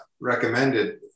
recommended